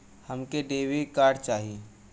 हमके debit card चाही?